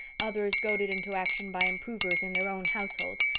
others goaded into action by improvers in their own households,